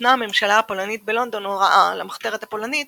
נתנה הממשלה הפולנית הגולה בלונדון הוראה למחתרת הפולנית